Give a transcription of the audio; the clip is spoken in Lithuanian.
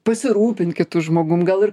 pasirūpint kitu žmogum gal ir